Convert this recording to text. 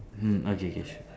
hmm okay K sure